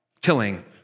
tilling